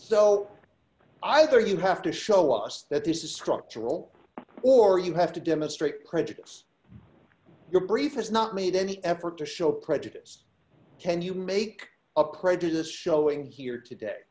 so either you have to show us that this is structural or you have to demonstrate credulous your brief has not made any effort to show prejudice can you make up prejudice showing here today